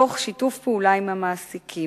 תוך שיתוף פעולה עם המעסיקים.